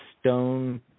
stone